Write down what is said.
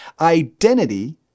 identity